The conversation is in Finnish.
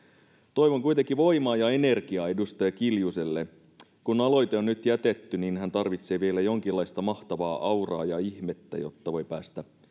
toivon kuitenkin voimaa ja energiaa edustaja kiljuselle kun aloite on nyt jätetty niin hän tarvitsee vielä jonkinlaista mahtavaa auraa ja ihmettä jotta voi päästä